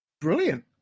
Brilliant